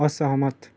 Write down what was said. असहमत